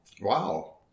Wow